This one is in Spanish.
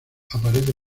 aparece